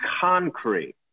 concrete